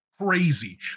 crazy